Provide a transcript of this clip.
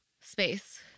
space